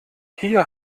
hier